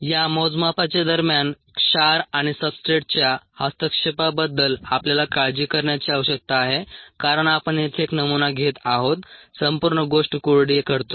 या मोजमापाच्या दरम्यान क्षार आणि सब्सट्रेट्सच्या हस्तक्षेपाबद्दल आपल्याला काळजी करण्याची आवश्यकता आहे कारण आपण येथे एक नमुना घेत आहोत संपूर्ण गोष्ट कोरडी करतो